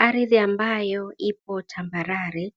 Ardhi ambayo ipo tambarare